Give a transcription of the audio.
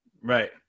Right